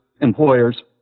employers